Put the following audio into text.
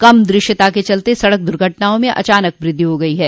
कम दृश्यता के चलते सड़क द्र्घटनाओं में अचानक वृद्धि हो गई है